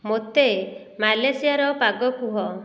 ମୋତେ ମାଲେସିଆର ପାଗ କୁହ